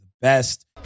best